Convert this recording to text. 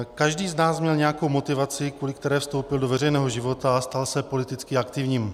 Každý z nás měl nějakou motivaci, kvůli které vstoupil do veřejného života a stal se politicky aktivním.